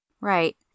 Right